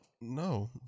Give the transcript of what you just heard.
no